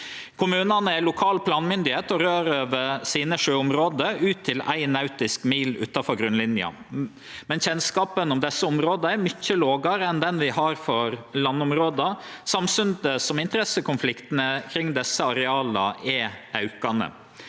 Kommunane er lokal planmyndigheit og rår over sine sjøområde ut til ei nautisk mil utanfor grunnlinja, men kjennskapen om desse områda er mykje lågare enn den vi har for landområda, samstundes som interessekonfliktane kring desse areala er aukande.